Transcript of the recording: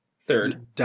third